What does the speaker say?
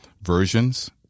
versions